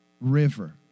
River